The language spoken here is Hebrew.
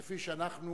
כפי שאנחנו